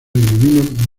denominan